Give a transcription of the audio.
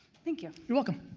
thank you. you're welcome.